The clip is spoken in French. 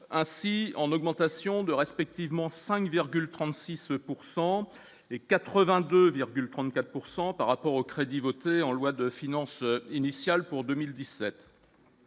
ainsi en augmentation de respectivement 5,36 pourcent et 80 2,34 pourcent par rapport aux crédits votés en loi de finances initiale pour 2017